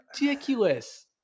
ridiculous